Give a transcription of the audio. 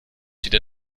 wieder